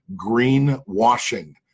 greenwashing